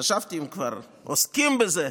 חשבתי, אם כבר עוסקים בזה,